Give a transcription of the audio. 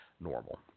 normal